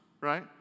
right